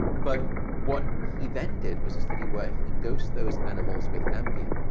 but what he then did was a study where he dosed those animals with ambien.